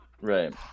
Right